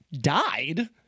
died